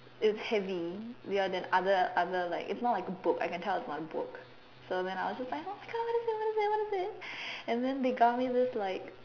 it's heavy oh ya than other other like it's not like a book I can tell it's not a book so then I was like oh my God oh my God what is it what is it and then they got me this like